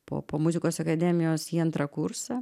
po po muzikos akademijos į antrą kursą